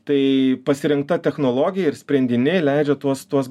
tai pasirinkta technologija ir sprendiniai leidžia tuos tuos